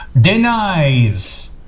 denies